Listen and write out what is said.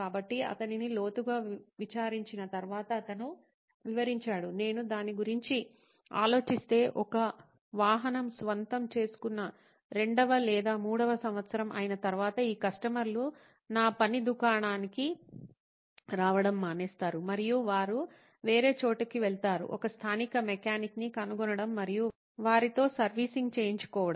కాబట్టి అతనిని లోతుగా విచారించిన తర్వాత అతను వివరించాడు నేను దాని గురించి ఆలోచిస్తే ఒక వాహనం స్వంతం చేసుకున్న 2 వ లేదా 3 వ సంవత్సరం అయిన తరువాత ఈ కస్టమర్లు నా పని దుకాణానికి రావడం మానేస్తారు మరియు వారు వేరే చోటికి వెళ్తారు ఒక స్థానిక మెకానిక్ ని కనుగొనడం మరియు వారితో సర్వీసింగ్ చేయించుకోవడం